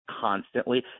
constantly